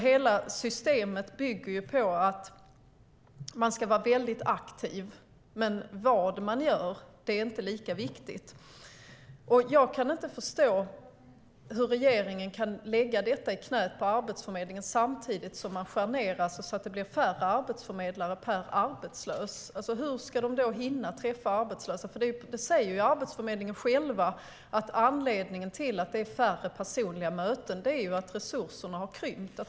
Hela systemet bygger på att man ska vara aktiv, men vad man gör är inte lika viktigt. Jag kan inte förstå hur regeringen kan lägga detta i knät på Arbetsförmedlingen samtidigt som man skär ned så att det blir färre arbetsförmedlare per arbetslös. Hur ska de då hinna träffa arbetslösa? Arbetsförmedlingen säger själva att anledningen till att det är färre persliga möten är att resurserna har krympt.